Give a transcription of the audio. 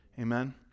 Amen